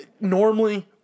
normally